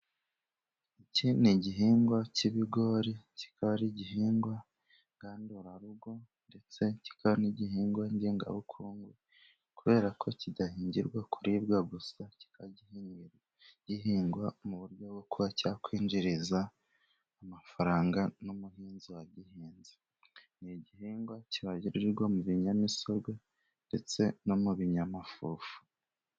Iki ni igihingwa cy'ibigori, kikaba ari igihingwa ngandurarugo ndetse kikaba n'igihingwa ngenga bukungu, kubera ko kidahingirwa kuribwa gusa kikaba gihingwa, mu buryo bwo kuba cya kwinjiriza amafaranga n'umuhinzi wa gihinze, ni igihingwa cyagereranyirizwa mu binyamisogwe ndetse no mu binyamafufu.